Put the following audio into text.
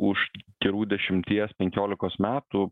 už gerų dešimties penkiolikos metų